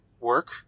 work